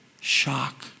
Shock